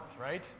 right